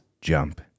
jump